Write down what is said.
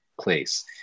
place